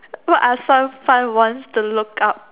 what are some fun ones to look up